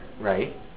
Right